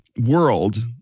world